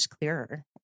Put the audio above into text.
clearer